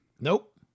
Nope